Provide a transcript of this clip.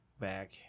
back